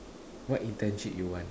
what internship you want